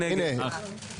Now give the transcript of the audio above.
ארבעה בעד.